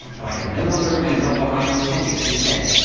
but i can no longer remember what i authentically said.